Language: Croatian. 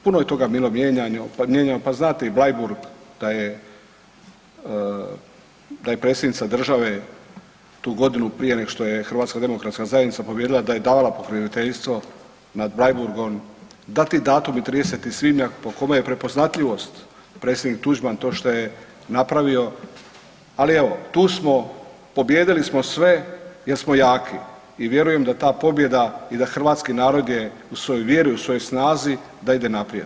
Puno je toga bila mijenjano, pa znate i Bleiburg da je, da je predsjednica države tu godinu prije nego što je HDZ pobijedila da je davala pokroviteljstvo nad Bleiburgom da ti datumi 30. svibnja po kome je prepoznatljivost predsjednik Tuđman to što je napravio, ali evo tu smo pobijedili smo sve jer smo jaki i vjerujem da ta pobjeda i da hrvatski narod je u svojoj vjeri, u svojoj snazi da ide naprijed.